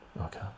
okay